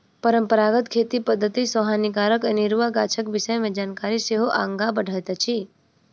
परंपरागत खेती पद्धति सॅ हानिकारक अनेरुआ गाछक विषय मे जानकारी सेहो आगाँ बढ़ैत अछि